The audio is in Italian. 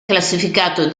classificato